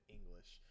English